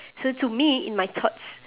so to me in my thoughts